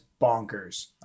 bonkers